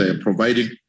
providing